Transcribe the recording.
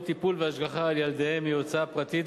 טיפול והשגחה על ילדיהם היא הוצאה פרטית,